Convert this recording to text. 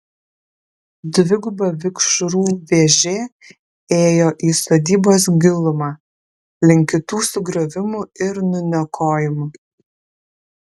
dviguba vikšrų vėžė ėjo į sodybos gilumą link kitų sugriovimų ir nuniokojimų